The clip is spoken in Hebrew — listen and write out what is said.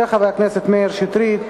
של חבר הכנסת מאיר שטרית.